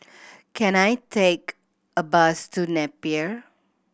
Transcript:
can I take a bus to Napier